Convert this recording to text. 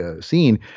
scene